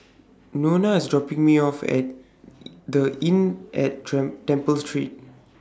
Nona IS dropping Me off At The Inn At Temple Street